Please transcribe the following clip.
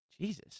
Jesus